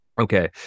Okay